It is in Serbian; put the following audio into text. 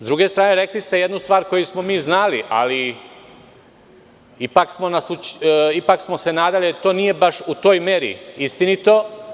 S druge strane, rekli ste jednu stvar koju smo mi znali, ali ipak smo se nadali da to nije baš u toj meri istinito.